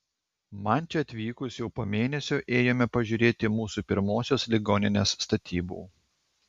man čia atvykus jau po mėnesio ėjome pažiūrėti mūsų pirmosios ligoninės statybų